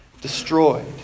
Destroyed